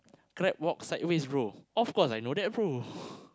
crab walk sideways bro of course I know that bro